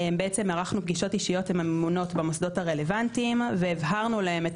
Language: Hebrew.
ערכנו פגישות אישיות עם הממונות במוסדות הרלוונטיים והבהרנו להם את